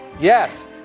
Yes